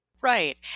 Right